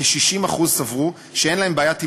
כ-60% סברו שאין להם בעיית הימורים,